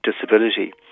disability